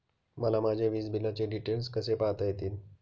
मला माझ्या वीजबिलाचे डिटेल्स कसे पाहता येतील?